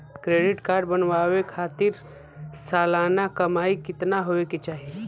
Credit card बनवावे खातिर सालाना कमाई कितना होए के चाही?